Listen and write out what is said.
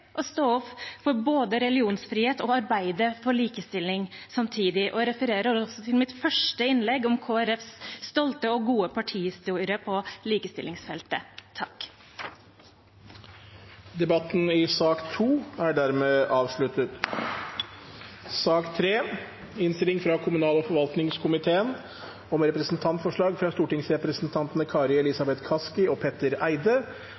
å stå opp for religionsfrihet og å arbeide for likestilling samtidig, og jeg refererer også til mitt første innlegg, om Kristelig Folkepartis stolte og gode partihistorie på likestillingsfeltet. Flere har ikke bedt om ordet til sak nr. 2. Etter ønske fra kommunal- og forvaltningskomiteen